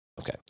Okay